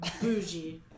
Bougie